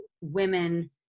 women